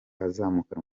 azamukana